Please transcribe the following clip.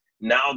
now